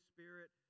Spirit